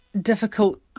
difficult